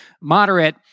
moderate